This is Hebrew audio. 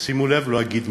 ושימו לב, לא אגיד "מגזרים",